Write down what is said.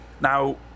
Now